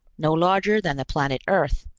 no larger than the planet earth,